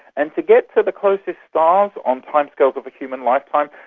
and to get to the closest stars on timescales of a human lifetime,